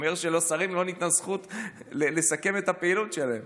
לשרים לא ניתנה זכות לסכם את הפעילות שלהם.